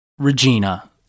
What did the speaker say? Regina